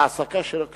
(העסקה שלא כדין,